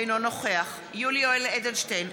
אינו נוכח יולי יואל אדלשטיין,